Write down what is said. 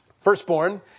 firstborn